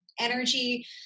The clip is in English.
energy